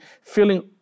feeling